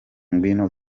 ngwino